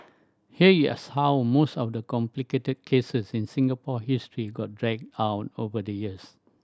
here is how most of the complicated cases in Singapore history got dragged out over the years